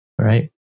Right